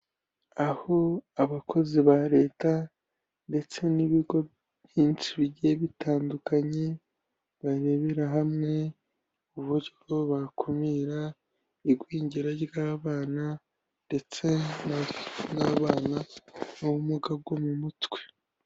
Aho abakozi ba Leta ndetse n'ibigo byinshi bigiye bitandukanye, barebera hamwe uburyo bakumira igwingira ry'abana, ndetse n'ababana b'ubumuga bwo mu mutwe.